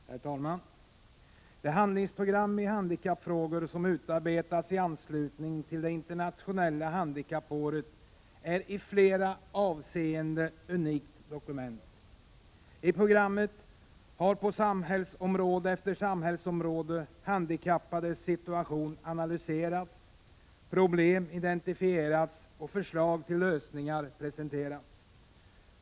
Herr talman! Det handlingsprogram i handikappfrågor som utarbetades i anslutning till det internationella handikappåret är ett i flera avseenden unikt dokument. I programmet har de handikappades situation på samhällsområde efter samhällsområde analyserats, problem identifierats och förslag till lösningar presenterats.